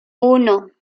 uno